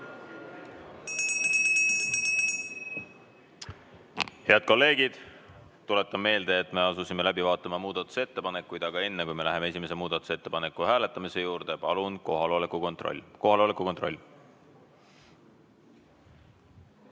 Head kolleegid! Tuletan meelde, et me asusime läbi vaatama muudatusettepanekuid. Aga enne, kui me läheme esimese muudatusettepaneku hääletamise juurde, palun kohaloleku kontroll! Kohaloleku kontroll.